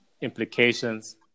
implications